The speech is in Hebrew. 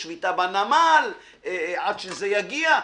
יש שביתה בנמל עד שזה יגיע.